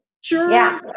Sure